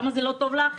למה זה לא טוב לאחרות?